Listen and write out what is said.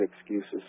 excuses